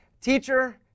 teacher